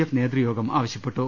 F നേതൃയോഗം ആവശ്യപ്പെട്ടു